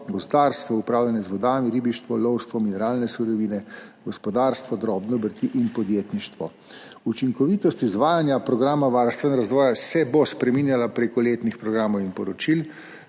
gozdarstvo, upravljanje z vodami, ribištvo, lovstvo, mineralne surovine, gospodarstvo, drobne obrti in podjetništvo. Učinkovitost izvajanja programa varstva in razvoja se bo spreminjala prek letnih programov in poročil,